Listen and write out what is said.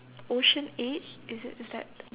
ocean eight is it is that the one